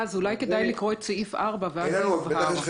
אולי כדאי לקרוא את סעיף 4. בטח יש לכם